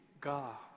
God